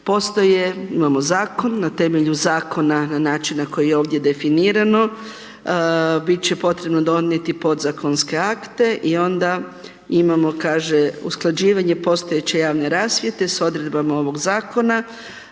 postoje, imamo Zakon, na temelju Zakona na način na koji je ovdje definirano, bit će potrebno donijeti podzakonske akte i onda imamo kaže, usklađivanje postojeće javne rasvjete s Odredbama ovog Zakona,